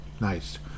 Nice